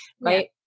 right